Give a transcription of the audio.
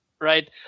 right